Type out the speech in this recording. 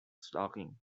stocking